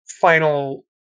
final